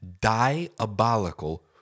diabolical